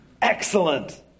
Excellent